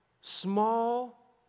small